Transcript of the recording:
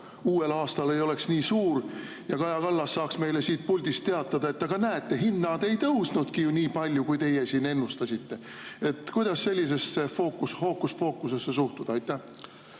uuel aastal ei oleks nii suur ja Kaja Kallas saaks meile siit puldist teatada, et aga näete, hinnad ei tõusnudki ju nii palju, kui teie siin ennustasite. Kuidas sellisesse fookushookuspookusesse suhtuda? Aitäh!